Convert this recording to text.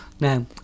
No